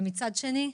מצד שני,